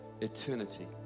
eternity